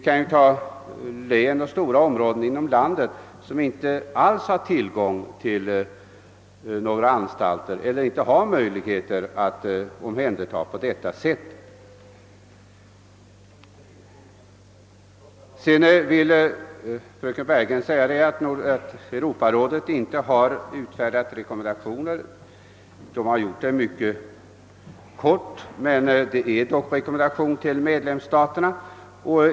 Det finns län och stora områden inom landet som inte alls har tillgång till några anstalter eller möjligheter att omhänderta för utredning enligt barnavårdslagen. Fröken Bergegren säger att Europarådet inte har utfärdat någon rekommendation. Det har man gjort. Den är mycket kort, men det är dock en rekommendation till medlemsstaterna.